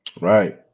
Right